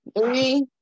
three